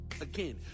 Again